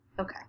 Okay